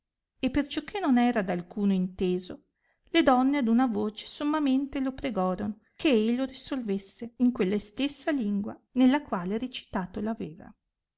e perciò che non era d alcuno inteso le donne ad una voce sommamente lo pregorono che ei lo risolvesse in quella istessa lingua nella quale recitato